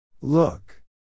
Look